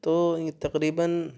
تو یہ تقریباً